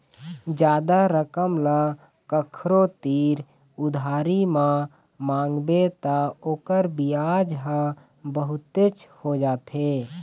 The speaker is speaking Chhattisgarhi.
जादा रकम ल कखरो तीर उधारी म मांगबे त ओखर बियाज ह बहुतेच हो जाथे